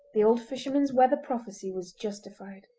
the old fisherman's weather prophecy was justified.